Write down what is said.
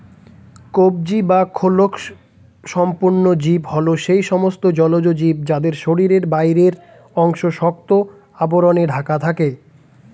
কবচী বা খোলকসম্পন্ন জীব হল সেই সমস্ত জলজ জীব যাদের শরীরের বাইরের অংশ শক্ত আবরণে ঢাকা থাকে